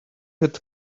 had